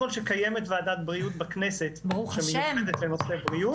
שקיימת ועדה מיוחדת לענייני בריאות,